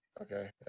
Okay